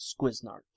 squiznart